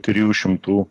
trijų šimtų